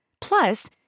Plus